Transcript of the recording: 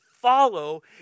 follow